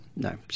No